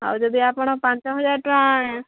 ଆଉ ଯଦି ଆପଣ ପାଞ୍ଚ ହଜାର ଟଙ୍କା